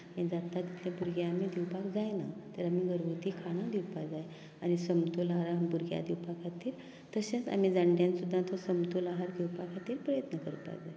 जाता तितले भुरग्यांक आमी दिवपाक जायना तर आमी घरगुती खाणां दिवपा जाय आनी समतोल आहार धिवपा खातीर तशेंच आनी जाणट्यांक सुद्दां तो समतोल आहार घेवपा खातीर प्रयत्न करपाक जाय